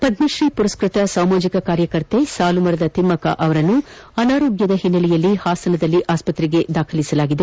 ಪದ್ಮಶ್ರೀ ಮರಸ್ಟತ ಸಾಮಾಜಿಕ ಕಾರ್ಯಕರ್ತೆ ಸಾಲುಮರದ ತಿಮ್ಮಕ್ಷ ಅವರನ್ನು ಅನಾರೋಗ್ಯದ ಹಿನ್ನೆಲೆಯಲ್ಲಿ ಹಾಸನದಲ್ಲಿ ಆಸ್ತತ್ರೆಗೆ ದಾಖಲಿಸಲಾಗಿದೆ